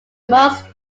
most